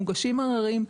מוגשים ערערים,